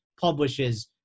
publishes